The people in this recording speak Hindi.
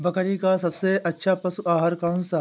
बकरी का सबसे अच्छा पशु आहार कौन सा है?